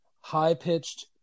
high-pitched